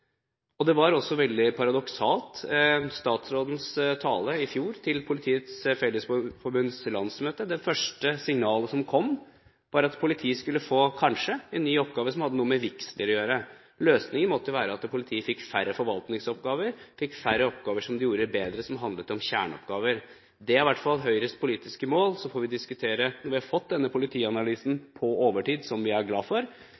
brukt. Det var også veldig paradoksalt det som kom i statsrådens tale i fjor til Politiets Fellesforbunds landsmøte. Det første signalet som kom, var at politiet kanskje skulle få en ny oppgave som hadde noe med vigsler å gjøre. Løsningen måtte være at politiet fikk færre forvaltningsoppgaver, fikk færre oppgaver som de gjorde bedre, som handlet om kjerneoppgaver. Det er i hvert fall Høyres politiske mål. Så får vi – nå når vi har fått denne politianalysen, som vi er glad for,